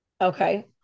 Okay